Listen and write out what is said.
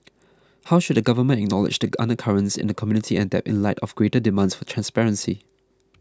how should the government acknowledge take undercurrents in the community and adapt in light of greater demands for transparency